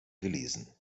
gelesen